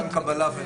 מבחן קבלה.